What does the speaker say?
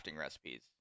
recipes